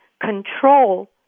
control